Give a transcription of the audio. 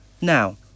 now